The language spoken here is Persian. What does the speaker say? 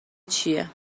چیه